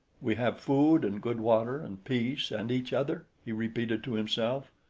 we have food and good water and peace and each other he repeated to himself.